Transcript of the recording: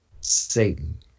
Satan